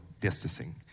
distancing